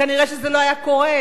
כנראה זה לא היה קורה.